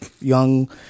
young